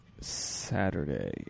Saturday